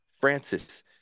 Francis